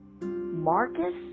Marcus